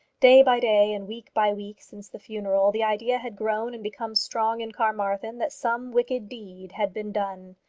day by day and week by week since the funeral the idea had grown and become strong in carmarthen that some wicked deed had been done.